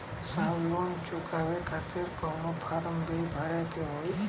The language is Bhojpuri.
साहब लोन चुकावे खातिर कवनो फार्म भी भरे के होइ?